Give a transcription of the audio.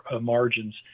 margins